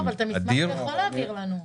לא, אבל את המסמך הוא יכול להעביר לנו.